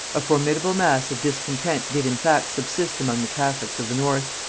a formidable mass of discontent did in fact subsist among the catholics of the north,